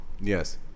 Yes